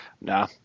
nah